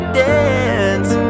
dance